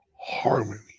harmony